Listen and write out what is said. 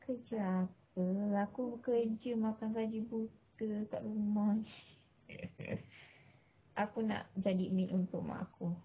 kerja apa aku kerja makan gaji buta kat rumah aku nak jadi maid untuk mak aku